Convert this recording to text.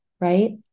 right